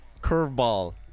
Curveball